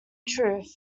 truth